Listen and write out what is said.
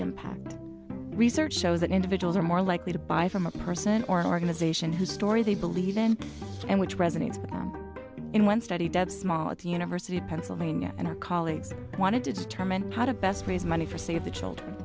impact research shows that individuals are more likely to buy from a person or an organization whose story they believe in and which resonates in one study at the university of pennsylvania and her colleagues wanted to determine how to best raise money for save the children